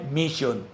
mission